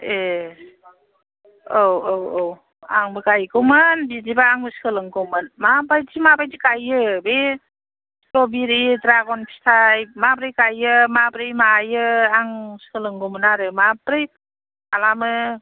ए औ औ औ आंबो गायगौमोन बिदिबा आंबो सोलोंगौमोन माबायदि माबायदि गायो बे स्ट्र'बेरी ड्रागन फिथाइ माबोरै गायो माबोरै मायो आं सोलोंगौमोन आरो माबोरै खालामो